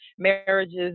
marriages